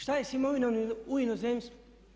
Što je s imovinom u inozemstvu?